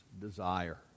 desire